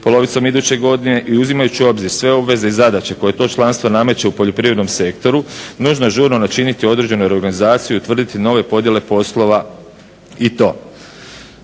polovicom iduće godine i uzimajući u obzir sve obveze i zadaće koje to članstvo nameće u poljoprivrednom sektoru nužno je žurno načiniti određenu reorganizaciju i utvrditi nove podjele poslova i to: